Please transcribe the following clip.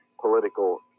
political